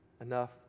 enough